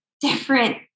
different